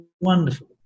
wonderful